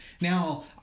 Now